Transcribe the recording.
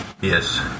yes